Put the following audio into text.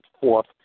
fourth